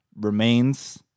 remains